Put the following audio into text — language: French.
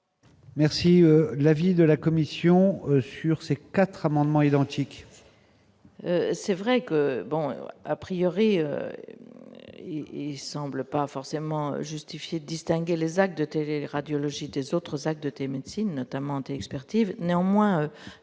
Merci l'avis de la Commission sur ces 4 amendements identiques.